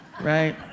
right